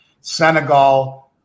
Senegal